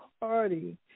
party